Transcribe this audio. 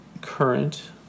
current